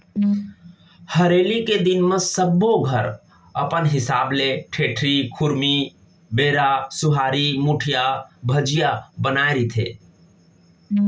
हरेली के दिन म सब्बो घर अपन हिसाब ले ठेठरी, खुरमी, बेरा, सुहारी, मुठिया, भजिया बनाए रहिथे